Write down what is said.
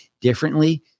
differently